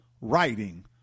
writing